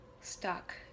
stuck